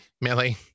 Millie